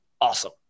awesome